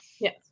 Yes